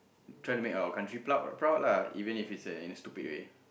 try to make our country proud proud lah even if its a in a stupid way